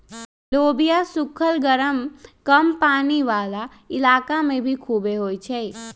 लोबिया सुखल गरम कम पानी वाला इलाका में भी खुबे होई छई